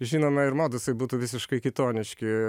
žinoma ir modusai būtų visiškai kitoniški